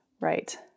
right